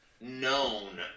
known